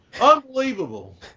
Unbelievable